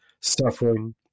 Suffering